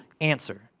answer